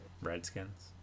Redskins